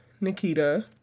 Nikita